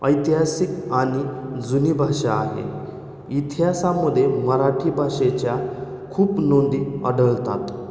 ऐतिहासिक आणि जुनी भाषा आहे इतिहासामध्ये मराठी भाषेच्या खूप नोंदी अढळतात